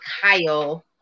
Kyle